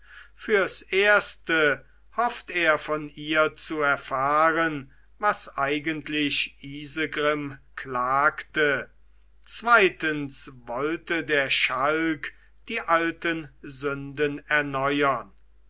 fürs erste hofft er von ihr zu erfahren was eigentlich isegrim klagte zweitens wollte der schalk die alten sünden erneuern